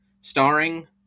starring